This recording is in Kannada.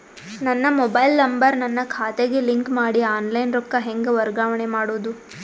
ನನ್ನ ಮೊಬೈಲ್ ನಂಬರ್ ನನ್ನ ಖಾತೆಗೆ ಲಿಂಕ್ ಮಾಡಿ ಆನ್ಲೈನ್ ರೊಕ್ಕ ಹೆಂಗ ವರ್ಗಾವಣೆ ಮಾಡೋದು?